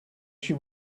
she